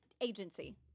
agency